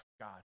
God